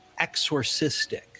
exorcistic